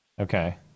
Okay